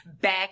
back